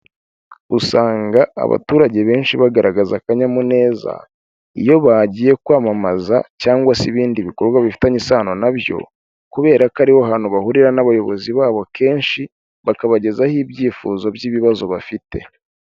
Usanga abaturage benshi bagaragaza akanyamuneza iyo bagiye kwamamaza cyangwa se ibindi bikorwa bifitanye isano nabyo kubera ko aribo hantu bahurira n'abayobozi babo kenshi, bakabagezaho ibyifuzo by'ibibazo bafite.